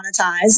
monetize